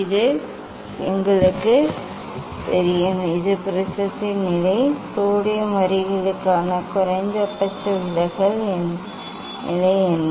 இது எங்களுக்குத் தெரியும் இது ப்ரிஸத்தின் நிலை சோடியம் வரிகளுக்கான குறைந்தபட்ச விலகல் நிலை என்ன